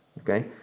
Okay